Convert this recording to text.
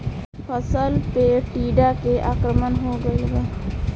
फसल पे टीडा के आक्रमण हो गइल बा?